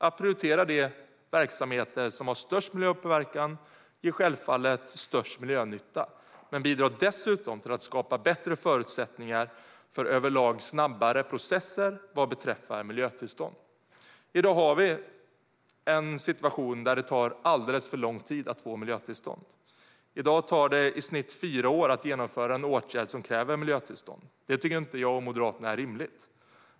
Att prioritera de verksamheter som har störst miljöpåverkan ger självfallet störst miljönytta men bidrar dessutom till att skapa bättre förutsättningar för överlag snabbare processer vad beträffar miljötillstånd. I dag har vi en situation där det tar alldeles för lång tid att få miljötillstånd. I dag tar det i snitt fyra år att genomföra en åtgärd som kräver miljötillstånd. Det tycker inte jag och Moderaterna är rimligt.